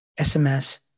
SMS